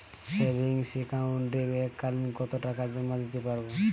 Savings একাউন্টে এক কালিন কতটাকা জমা দিতে পারব?